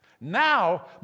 Now